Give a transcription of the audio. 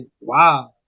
wow